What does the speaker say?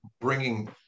bringing